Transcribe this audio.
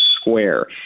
Square